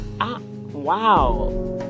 Wow